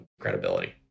credibility